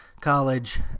college